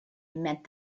met